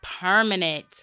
permanent